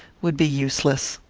would be useless.